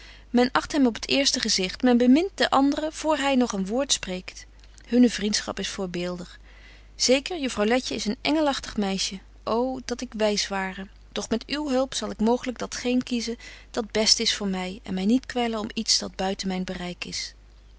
men acht hem op t eerste gezicht men bemint den andren voor hy nog een woord spreekt hunne vriendschap is voorbeeldig zeker juffrouw letje is een engelagtig meisje ô dat ik wys ware doch met uwe hulp zal ik mooglyk dat geen kiezen dat best is voor my en my niet kwellen om iets dat buiten myn bereik is